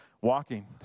Walking